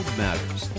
matters